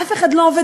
אף אחד לא עובד